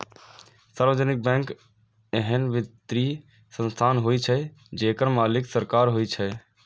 सार्वजनिक बैंक एहन वित्तीय संस्थान होइ छै, जेकर मालिक सरकार होइ छै